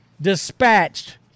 dispatched